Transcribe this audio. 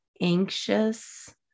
anxious